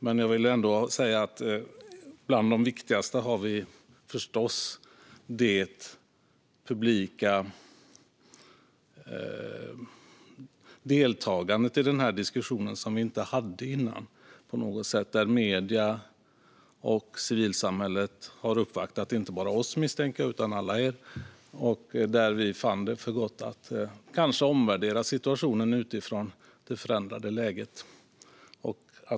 Men bland de viktigaste har vi förstås det publika deltagandet i diskussionen, som inte fanns tidigare. Medierna och civilsamhället har uppvaktat inte bara oss utan jag misstänker även alla er. Vi fann det då för gott att omvärdera situationen utifrån det förändrade läget.